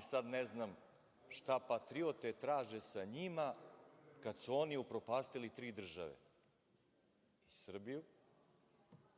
sad ne znam šta patriote traže sa njima, kad su oni upropastili tri države – Srbiju,